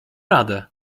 radę